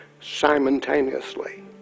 simultaneously